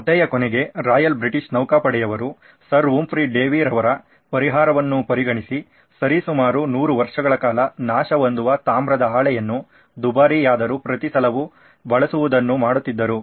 ಕಥೆಯ ಕೊನೆಗೆ Royal British ನೌಕಾಪಡೆಯವರು ಸರ್ ಹುಂಫ್ರಿ ಡೇವಿರವರ ಪರಿಹಾರವನ್ನು ಪರಿಗಣಿಸಿ ಸರಿ ಸುಮಾರು 100 ವರ್ಷಗಳ ಕಾಲ ನಾಶವೊಂದುವ ತಾಮ್ರದ ಹಳೆಯನ್ನು ದುಬಾರಿಯಾದರು ಪ್ರತಿ ಸಲವು ಬಳಸುವುದನ್ನು ಮಾಡುತ್ತಿದ್ದರು